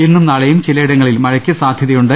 ഇന്നും നാളെയും ചിലയിടങ്ങളിൽ മഴയ്ക്ക് സാധൃതയുണ്ട്